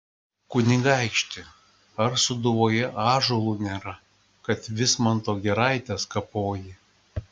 kunigaikšti ar sūduvoje ąžuolų nėra kad vismanto giraites kapoji